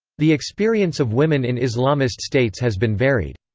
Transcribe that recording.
the experience of women in islamist states has been varied.